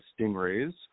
stingrays